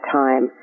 time